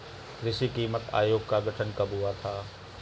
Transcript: कृषि कीमत आयोग का गठन कब हुआ था?